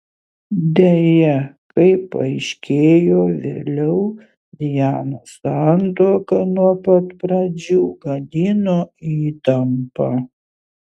deja kaip paaiškėjo vėliau dianos santuoką nuo pat pradžių gadino įtampa